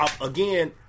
again